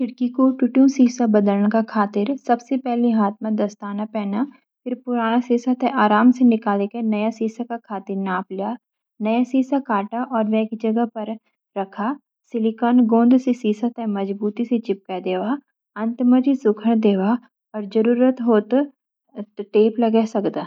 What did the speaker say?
खिड़की कू टुटुन सीसा बादलन का खातिर सब सी पेली हाथ मा दास्ताना पेना। फिर पुराना सीसा ते आराम सी निकली के नया सीसा का खातिर नाप लिया। नया सीसा काटा और वेकी जगह पर रकाहा, सिलिकॉन गोंद सी सीसा ते मजबूती सी चिपके देवा.अंत माजी सुखन देवा और जरुरत हो तब तप लागे सकदा।